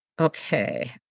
Okay